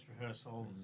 rehearsals